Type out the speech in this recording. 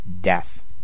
death